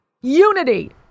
unity